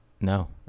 No